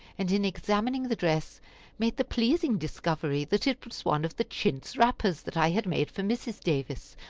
and in examining the dress made the pleasing discovery that it was one of the chintz wrappers that i had made for mrs. davis,